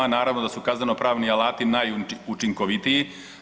Naravno da su kaznenopravni alati najučinkovitiji.